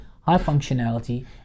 high-functionality